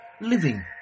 living